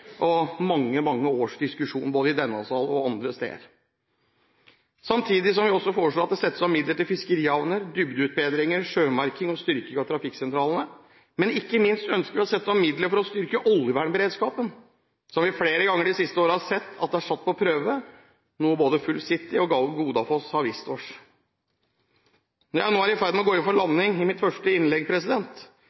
og mange, mange års diskusjon både i denne salen og andre steder. Samtidig foreslår vi også at det settes av midler til fiskerihavner, dybdeutbedringer, sjømerking og styrking av trafikksentralene, men ikke minst ønsker vi å sette av midler for å styrke oljevernberedskapen. Vi har flere ganger de siste årene sett at den er satt på prøve, både «Full City» og «Godafoss» har vist oss det. Når jeg nå er i ferd med å gå inn for landing i mitt første innlegg,